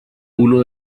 uno